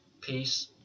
Peace